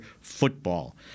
football